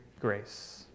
grace